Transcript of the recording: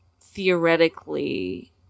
theoretically